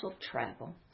travel